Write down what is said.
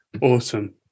Awesome